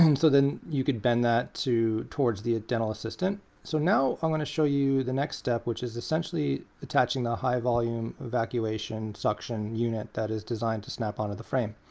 um so then, you can bend that to towards the dental assistant. so now i'm going to show you the next step, which is essentially attaching a high-volume evacuation suction unit that is designed to snap onto the frame.